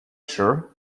sure